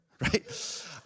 right